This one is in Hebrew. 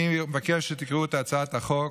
אני מבקש שתקראו את הצעת החוק,